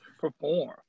perform